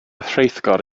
rheithgor